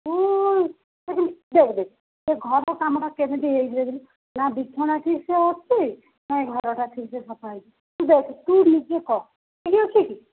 ତୁ ଦେଖ ଦେଖ ସେ ଘର କାମଟା କେମିତି ହେଇଛି ଦେଖିଲୁ ନା ବିଛଣା ଠିକ୍ ସେ ଅଛି ନା ଘର ଠିକ୍ ସେ ସଫା ହେଇଛି ତୁ ଦେଖ ତୁ ନିଜେ କହ ଠିକ୍ ଅଛି କି